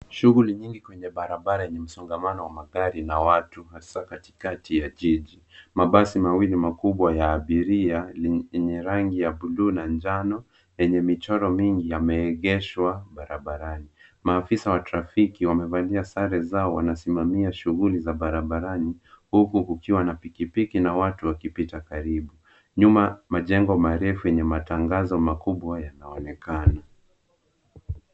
Shughuli nyingi kwenye barabara yenye msongamano wa magari na watu hasa katikati ya jiji. Mabasi mawili makubwa ya abiria lenye rangi ya buluu na njano yenye michoro mingi yameegeshwa barabarani. Maafisa wa trafiki wamevalia sare zao wanasimamia shughuli za barabarani, huku kukiwa na pikipiki na watu wakipita karibu. Nyuma majengo marefu yenye matangazo makubwa yanaonekana.